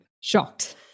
shocked